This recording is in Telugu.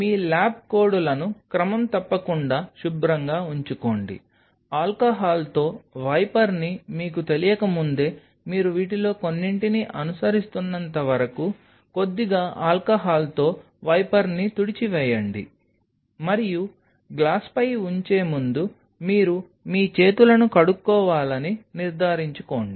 మీ ల్యాబ్ కోడ్లను క్రమం తప్పకుండా శుభ్రంగా ఉంచుకోండి ఆల్కహాల్తో వైపర్ని మీకు తెలియకముందే మీరు వీటిలో కొన్నింటిని అనుసరిస్తున్నంత వరకు కొద్దిగా ఆల్కహాల్తో వైపర్ని తుడిచివేయండి మరియు గ్లాస్పై ఉంచే ముందు మీరు మీ చేతులను కడుక్కోవాలని నిర్ధారించుకోండి